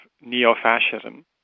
neo-fascism